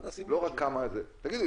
תגידו,